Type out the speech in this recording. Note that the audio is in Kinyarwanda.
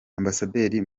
ambasaderi